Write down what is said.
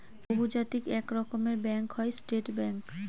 বহুজাতিক এক রকমের ব্যাঙ্ক হয় স্টেট ব্যাঙ্ক